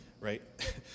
right